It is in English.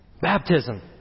Baptism